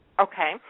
Okay